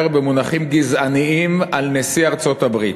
במונחים גזעניים על נשיא ארצות-הברית,